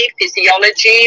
physiology